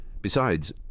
Besides